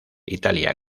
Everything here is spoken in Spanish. italia